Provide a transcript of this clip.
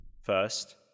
First